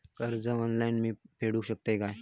कर्ज ऑनलाइन मी फेडूक शकतय काय?